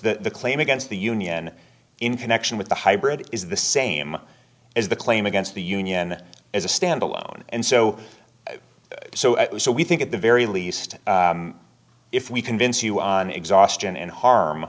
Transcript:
the claim against the union in connection with the hybrid is the same as the claim against the union as a standalone and so so so we think at the very least if we convince you on exhaustion and harm